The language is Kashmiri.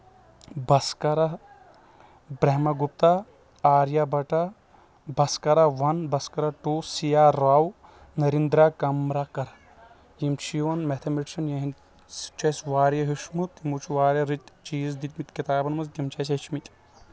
بسکرن Brahma Gupta Aryabhata Bhaskara one Bhaskara two سیا راو نریندرا کمراکر یِم چھ یِوان میتھا مٹشن یِہندۍ سۭتۍ چھُ اَسہِ واریاہ ہیوٚچھمُت یِمو چھ واریاہ رٕتۍ چیٖز دِتۍ مٕتۍ کِتابن منٛز تِم چھ اَسہِ ہیٚچھۍ مٕتۍ